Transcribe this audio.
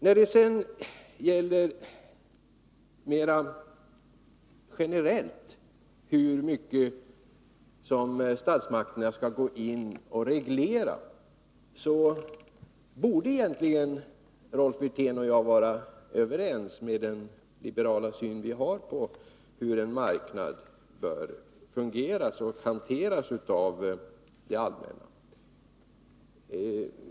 När det sedan gäller mer generellt hur mycket som statsmakterna skall gå in och reglera, så borde egentligen Rolf Wirtén och jag vara överens, med den liberala syn vi har på hur en marknad bör fungera och skall hanteras av det allmänna.